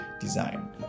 design